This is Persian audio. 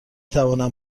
توانم